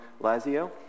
Lazio